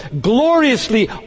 gloriously